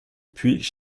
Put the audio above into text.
puis